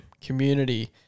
community